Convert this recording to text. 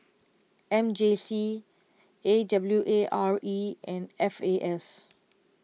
M J C A W A R E and F A S